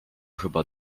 chyba